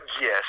yes